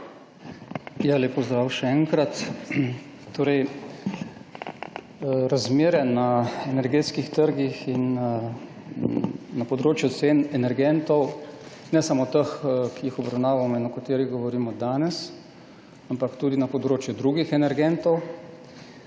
Lep pozdrav še enkrat. Torej, razmere na energetskih trgih in na področju cen energentov, ne samo teh, ki jih obravnavamo in o katerih govorimo danes, ampak tudi na področju drugih energentov,